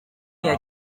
rya